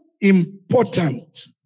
important